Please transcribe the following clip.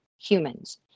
humans